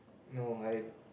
no I